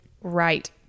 right